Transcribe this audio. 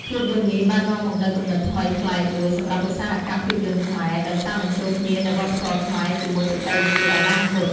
ភាពយន្តនេះបាននាំមកនូវគំនិតថ្មីប្លែកមួយសម្រាប់ឧស្សាហកម្មភាពយន្តខ្មែរ ដោយលាយបញ្ចូលគ្នានូវវប្បធម៌ខ្មែរជាមួយបច្ចេកវិទ្យាអនាគត ។